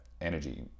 energy